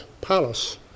Palace